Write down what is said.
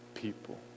people